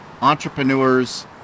entrepreneurs